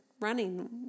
running